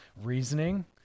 reasoning